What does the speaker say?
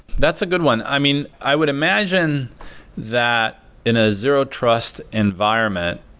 that's a good one. i mean, i would imagine that in a zero trust environment,